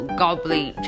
goblin